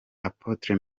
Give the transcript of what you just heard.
apotre